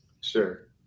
Sure